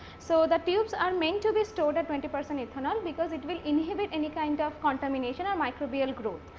so, the tubes are meant to be stored at twenty percent ethanol because it will inhibit any kind of contamination or microbial growth.